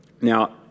Now